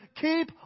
keep